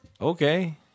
Okay